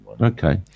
Okay